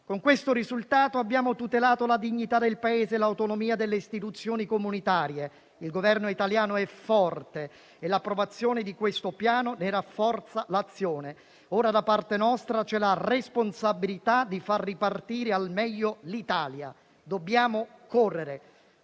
Con questo risultato abbiamo tutelato la dignità del Paese e l'autonomia delle istituzioni comunitarie. Il Governo italiano è forte e l'approvazione di questo Piano ne rafforza l'azione. Ora, per noi, c'è la responsabilità di far ripartire al meglio l'Italia. «Dobbiamo correre»: